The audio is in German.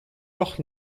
noch